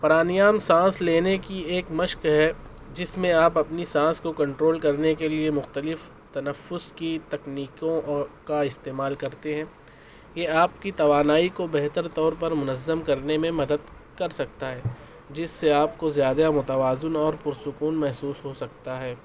پرانیام سانس لینے کی ایک مشق ہے جس میں آپ اپنی سانس کو کنٹرول کرنے کے لیے مختلف تنفس کی تکنیکوں اور کا استعمال کرتے ہیں یہ آپ کی توانائی کو بہتر طور پر منظم کرنے میں مدد کر سکتا ہے جس سے آپ کو زیادہ متوازن اور پر سکون محسوس ہو سکتا ہے